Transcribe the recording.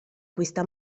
questa